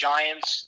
Giants